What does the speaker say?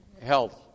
health